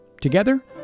Together